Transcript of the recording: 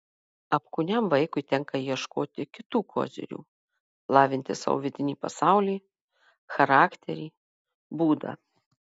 apkūniam vaikui tenka ieškoti kitų kozirių lavinti savo vidinį pasaulį charakterį būdą